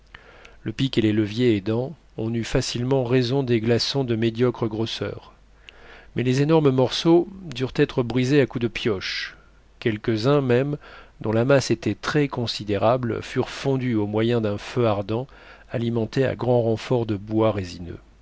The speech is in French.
le pic et les leviers aidant on eut facilement raison des glaçons de médiocre grosseur mais les énormes morceaux durent être brisés à coups de pioche quelques-uns même dont la masse était très considérable furent fondus au moyen d'un feu ardent alimenté à grand renfort de bois résineux